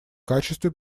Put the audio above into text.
качестве